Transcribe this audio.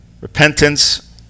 Repentance